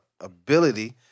ability